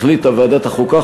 החליטה ועדת החוקה,